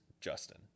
Justin